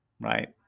right